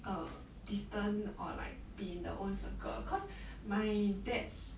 err distant or like be in the own circle cause my dad's